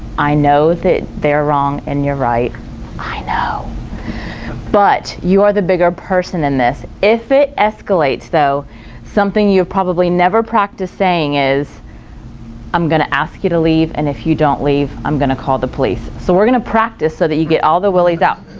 i know that they're wrong and you're right but you are the bigger person in this, if it escalates though something you probably never practiced saying is i'm gonna ask you to leave and if you don't leave i'm gonna call the police, so we're gonna practice so that you get all the willies out.